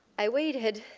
i waited